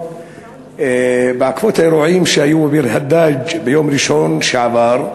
בעקבות האירועים בביר-הדאג' ביום ראשון שעבר,